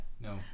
no